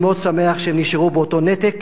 אני מאוד שמח שהם נשארו באותו נתק,